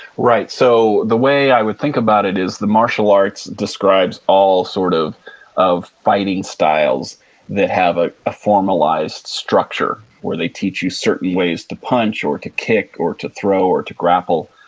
right. so, the way i would think about it the martial arts describes all sort of of fighting styles that have a ah formalized structure where they teach you certain ways to punch or to kick or to throw or to grapple.